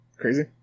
Crazy